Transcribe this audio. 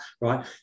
Right